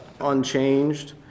unchanged